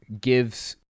gives